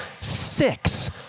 six